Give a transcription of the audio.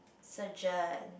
surgeon